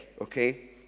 okay